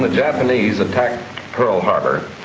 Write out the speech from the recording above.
ah japanese attacked pearl harbor,